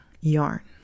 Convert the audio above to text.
yarn